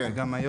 כן וגם יושב